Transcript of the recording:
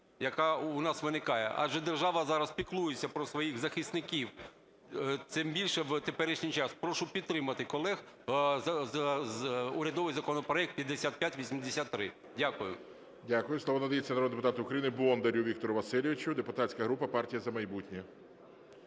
яка у нас виникає, адже держава зараз піклується про своїх захисників, тим більше в теперішній час. Прошу підтримати колег урядовий законопроект 5583. Дякую. ГОЛОВУЮЧИЙ. Дякую. Слово надається народному депутату України Бондарю Віктору Васильовичу, депутатська група "Партія "За майбутнє".